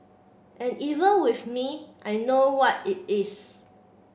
and even with me I know what it is